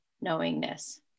knowingness